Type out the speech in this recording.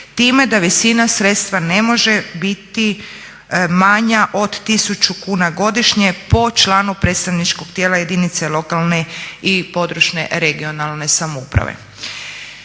time da visina sredstva ne može biti manja od tisuću kuna godišnje po članu predstavničkog tijela jedinice lokalne i područne (regionalne) samouprave.